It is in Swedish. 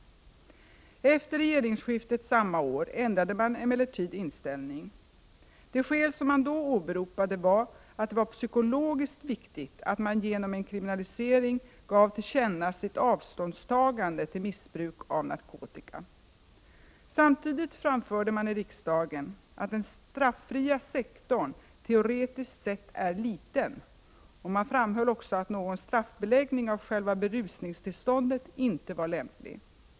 Efter regeringsskiftet samma år ändrade man emellertid inställning. Det skäl som man då åberopade var att det var psykologiskt viktigt att genom en kriminalisering ge ”tillkänna sitt avståndstagande till missbruk av narkotika”. Samtidigt framförde man i riksdagen att ”den straffria sektorn teoretiskt sett är liten” , och man framhöll också att någon straffbeläggning av själva berusningstillståndet inte var lämplig.